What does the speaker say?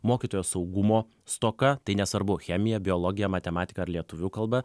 mokytojo saugumo stoka tai nesvarbu chemija biologija matematika ar lietuvių kalba